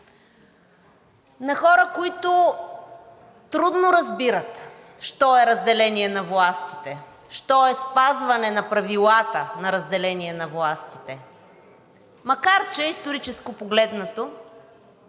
на хора, които трудно разбират що е разделение на властите, що е спазване на правилата на разделение на властите. Макар че исторически погледнато,